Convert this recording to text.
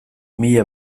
mila